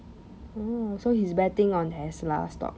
oh so he's betting on tesla stock